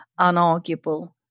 unarguable